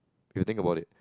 if you think about it